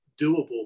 doable